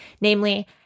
namely